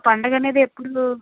ఆ పండగ అనేది ఎప్పుడు